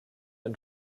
und